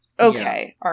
Okay